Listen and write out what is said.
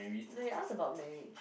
no you ask about marriage